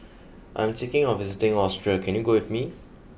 I am thinking of visiting Austria can you go with me